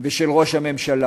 ושל ראש הממשלה.